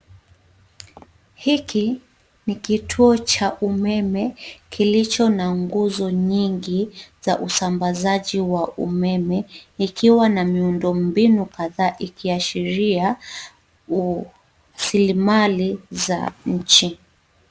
Hiki ni kituo cha umeme kilicho na nguzo nyingi za usambazaji wa umeme, ikiwa na miundo mbinu kadhaa, ikiashiria rasilimali za nchini.